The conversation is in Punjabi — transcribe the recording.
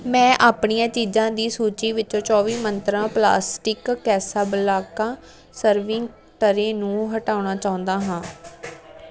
ਮੈਂ ਆਪਣੀਆਂ ਚੀਜ਼ਾਂ ਦੀ ਸੂਚੀ ਵਿੱਚੋਂ ਚੌਵੀ ਮੰਤਰਾਂ ਪਲਾਸਟਿਕ ਕੈਸਾਬਲਾਂਕਾ ਸਰਵਿੰਗ ਟਰੇਅ ਨੂੰ ਹਟਾਉਣਾ ਚਾਹੁੰਦਾ ਹਾਂ